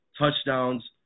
touchdowns